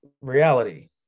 reality